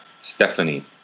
Stephanie